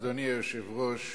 אדוני היושב-ראש,